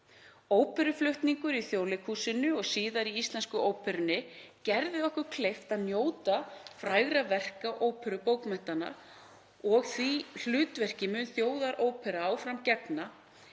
Óperuflutningur í Þjóðleikhúsinu og síðar í Íslensku óperunni gerði okkur kleift að njóta frægra verka óperubókmenntanna og því hlutverki mun Þjóðarópera áfram gegna.